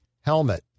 helmet